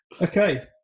Okay